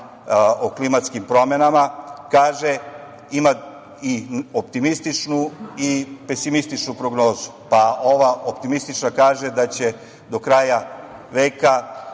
o klimatskim promenama kaže, ima i optimističnu i pesimističnu prognozu, pa ova optimistična kaže da će do kraja veka